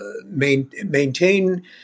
maintain